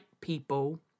people